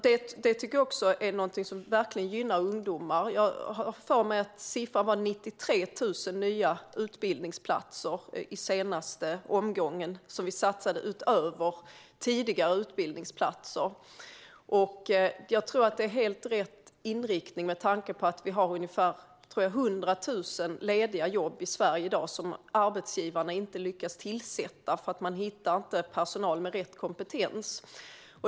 Detta är också något som verkligen gynnar ungdomar. Jag har för mig att vi i den senaste omgången satsade på 93 000 nya utbildningsplatser utöver tidigare utbildningsplatser. Jag tror att det är helt rätt inriktning med tanke på att vi har ungefär 100 000 lediga platser i Sverige i dag som arbetsgivarna inte lyckas tillsätta, eftersom de inte hittar personal med rätt kompetens.